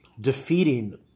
defeating